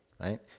right